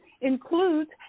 includes